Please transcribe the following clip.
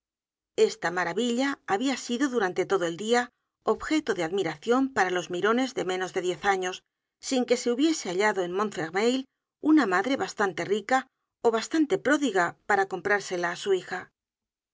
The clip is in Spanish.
esta maravilla habia sido durante todo el dia objeto de admiracion paralos mirones de menos de diez años sin que se hubiese hallado en montfermeil una madre bastante rica ó bastante pródiga para comprársela á su hija